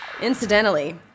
Incidentally